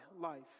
life